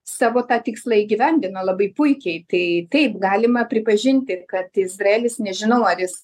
savo tą tikslą įgyvendino labai puikiai tai taip galima pripažinti kad izraelis nežinau ar jis